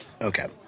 Okay